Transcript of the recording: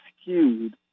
skewed